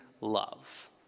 love